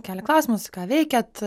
kelia klausimus ką veikiat